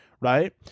Right